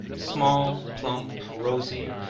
small, plump, rosy,